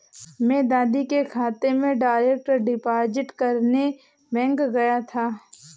मैं दीदी के खाते में डायरेक्ट डिपॉजिट करने बैंक गया था